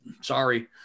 sorry